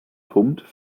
punkt